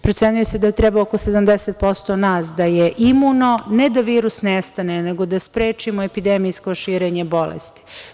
Procenjuje se da treba oko 70% nas da je imuno, ne da virus nestane, nego da sprečimo epidemijsko širenje bolesti.